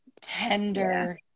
tender